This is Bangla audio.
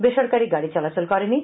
বেসরকারী গাডি চলাচল করেনি